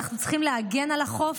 ואנחנו צריכים להגן על החוף,